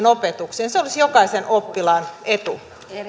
opetukseen se olisi jokaisen oppilaan etu